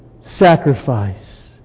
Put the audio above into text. sacrifice